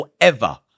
Forever